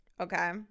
Okay